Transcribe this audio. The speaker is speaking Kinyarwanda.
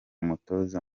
mutoza